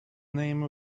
name